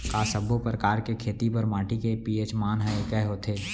का सब्बो प्रकार के खेती बर माटी के पी.एच मान ह एकै होथे?